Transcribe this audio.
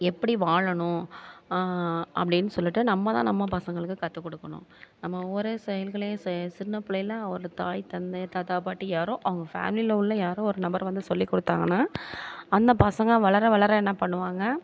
எப்படி வாழணும் அப்படினு சொல்லிட்டு நம்ம தான் நம்ம பசங்களுக்கு கத்துக்கொடுக்கணும் நம்ம ஒரே செயல்களே செ சின்ன பிள்ளையிலெலாம் ஒரு தாய் தந்தை தாத்தா பாட்டி யாரோ அவங்க ஃபேமிலி உள்ள யாரோ ஒரு நபர் வந்து சொல்லி கொடுத்தாங்கனா அந்த பசங்க வளர வளர என்ன பண்ணுவாங்க